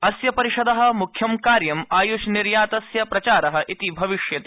अस्य परिषद मुख्य कार्य आयुषनिर्यातस्य प्रचार इति भविष्यति